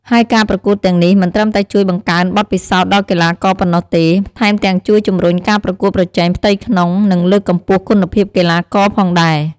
ហើយការប្រកួតទាំងនេះមិនត្រឹមតែជួយបង្កើនបទពិសោធន៍ដល់កីឡាករប៉ុណ្ណោះទេ ថែមទាំងជួយជំរុញការប្រកួតប្រជែងផ្ទៃក្នុង និងលើកកម្ពស់គុណភាពកីឡាករផងដែរ។